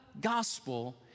gospel